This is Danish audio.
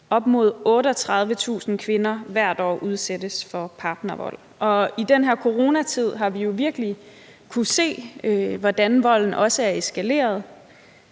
op mod 38.000 kvinder hvert år udsættes for partnervold. Og i den her coronatid har vi jo virkelig kunnet se, hvordan volden også er eskaleret.